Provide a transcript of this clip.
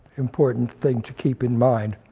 important thing to keep in mind.